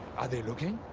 are they looking?